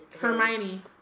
Hermione